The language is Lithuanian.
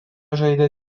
žaidė